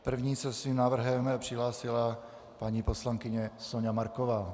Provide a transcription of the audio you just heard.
První se se svým návrhem přihlásila paní poslankyně Soňa Marková.